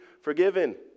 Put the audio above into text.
forgiven